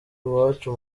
iwacu